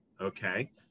okay